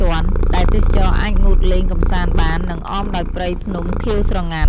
ជាន់ ដែលទេសចរអាចងូតលេងកម្សាន្តបាន និងអមដោយព្រៃ ភ្នំ ខៀវស្រងាត់។